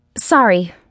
Sorry